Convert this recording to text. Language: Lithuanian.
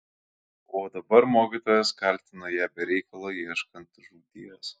o dabar mokytojas kaltino ją be reikalo ieškant žūties